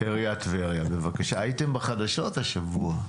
הייתם בחדשות השבוע.